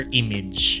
image